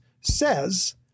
says